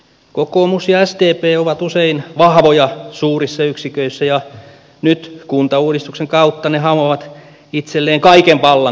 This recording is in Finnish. kokoomus ja sdp ovat usein vahvoja suurissa yksiköissä ja nyt kuntauudistuksen kautta ne hamuavat itselleen kaiken vallan koko maassa